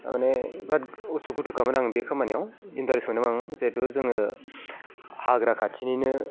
माने बिरात उसु खुथुखामोन आं बे खामानियाव इन्टारेस्ट मोनोमोन आं जिहेतु जोङो हाग्रा खाथिनिनो